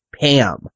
Pam